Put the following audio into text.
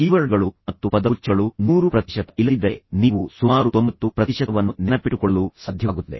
ಕೀವರ್ಡ್ಗಳು ಮತ್ತು ಪದಗುಚ್ಛಗಳು 100 ಪ್ರತಿಶತ ಇಲ್ಲದಿದ್ದರೆ ನೀವು ಸುಮಾರು 90 ಪ್ರತಿಶತವನ್ನು ನೆನಪಿಟ್ಟುಕೊಳ್ಳಲು ಸಾಧ್ಯವಾಗುತ್ತದೆ